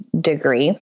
degree